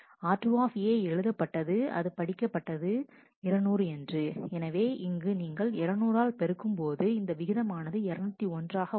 r2 எழுதப்பட்டது அது படிக்கப்பட்டது 200 என்று எனவே இங்கு நீங்கள் 200 ஆல் பெருக்கும்போது இந்த விகிதமானது201 ஆக வரும்